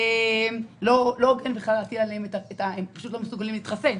אין להטיל עליהם את העלות כי הם פשוט לא מסוגלים להתחסן.